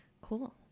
Cool